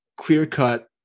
clear-cut